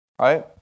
right